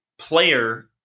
player